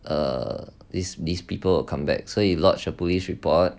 uh these these people will come back so he lodge a police report